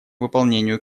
выполнению